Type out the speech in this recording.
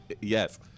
Yes